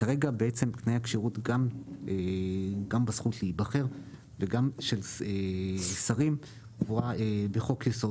כרגע תנאי הכשירות גם בזכות להיבחר וגם של שרים קבועה בחוק-יסוד